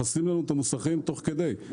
מחסלים לנו את המוסכים תוך כדי.